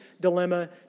dilemma